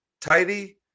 tidy